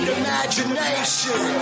imagination